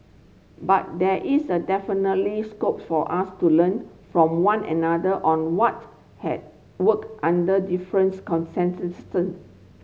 but there is a definitely scope for us to learn from one another on what has worked under different